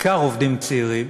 בעיקר עובדים צעירים,